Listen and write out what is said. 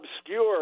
obscure